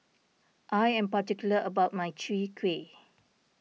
I am particular about my Chwee Kueh